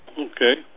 Okay